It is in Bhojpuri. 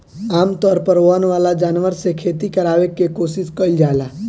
आमतौर पर वन वाला जानवर से खेती करावे के कोशिस कईल जाला